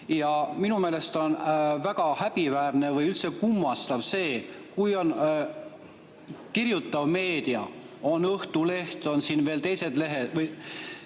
Minu meelest on väga häbiväärne või üldse kummastav see, kui kirjutav meedia, Õhtuleht, veel teised lehed,